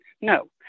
no